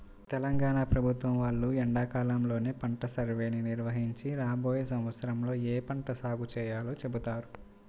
తెలంగాణ ప్రభుత్వం వాళ్ళు ఎండాకాలంలోనే పంట సర్వేని నిర్వహించి రాబోయే సంవత్సరంలో ఏ పంట సాగు చేయాలో చెబుతారు